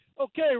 okay